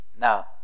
now